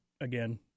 again